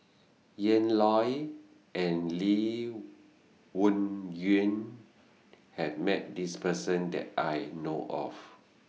Ian Loy and Lee Wung Yew has Met This Person that I know of